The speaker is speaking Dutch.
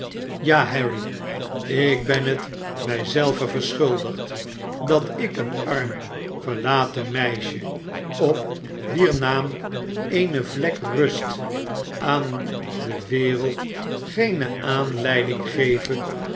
ja harry ik ben het mij zelve verschuldigd dat ik een arm verlaten meisje op wier naam eene vlek rust aan de wereld geene aanleiding geve